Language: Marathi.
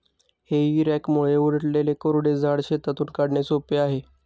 हेई रॅकमुळे उलटलेले कोरडे झाड शेतातून काढणे सोपे आहे